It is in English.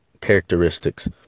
characteristics